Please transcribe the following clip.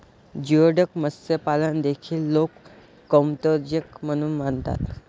geoduck मत्स्यपालन देखील लोक कामोत्तेजक म्हणून मानतात